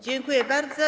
Dziękuję bardzo.